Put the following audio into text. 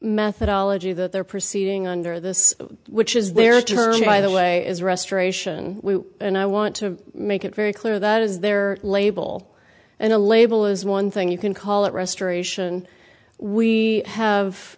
methodology that they're proceeding under this which is their turn by the way is restoration and i want to make it very clear that is their label and a label is one thing you can call it restoration we have